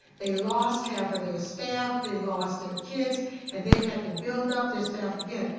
they lost half of their staff, they lost their kids and they've had to build up their staff again.